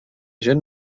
gent